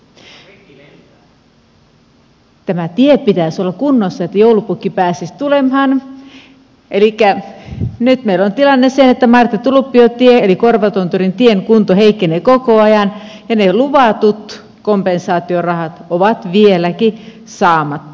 tämän tien pitäisi olla kunnossa että joulupukki pääsisi tulemaan elikkä nyt meillä on tilanne se että marttitulppio tien eli korvatunturin tien kunto heikkenee koko ajan ja ne luvatut kompensaatiorahat ovat vieläkin saamatta